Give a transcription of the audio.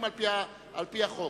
על-פי החוק.